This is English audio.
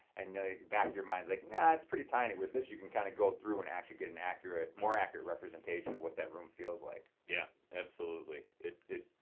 and the back of your mind like that's pretty tiny. with this you can kind of go through and actually get an accurate more accurate representation of what that room feels like. yeah absolutely it did.